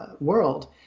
world